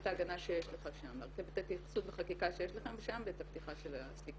בעצם ליישם את ההצעות שלכם שהן ייעשו גם דרך המוטב.